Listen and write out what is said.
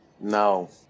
No